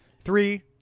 Three